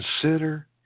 consider